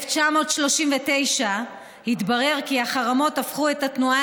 ב-1939 התברר כי החרמות הפכו את התנועה